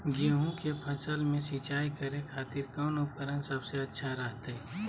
गेहूं के फसल में सिंचाई करे खातिर कौन उपकरण सबसे अच्छा रहतय?